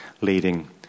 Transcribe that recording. leading